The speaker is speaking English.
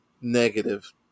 Negative